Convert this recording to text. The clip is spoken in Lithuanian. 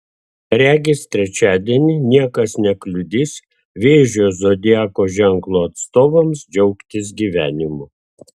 regis trečiadienį niekas nekliudys vėžio zodiako ženklo atstovams džiaugtis gyvenimu